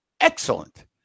excellent